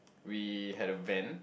we have a van